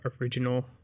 original